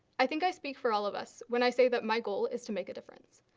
i think i speak for all of us when i say that my goal is to make a difference.